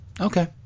Okay